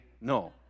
No